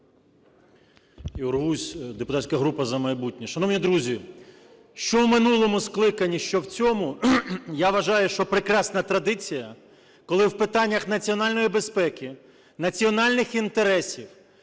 Ігор Гузь, депутатська група "За майбутнє". Шановні друзі, що в минулому скликанні, що в цьому, я вважаю, що прекрасна традиція, коли в питаннях національної безпеки, національних інтересів,